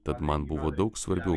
tad man buvo daug svarbiau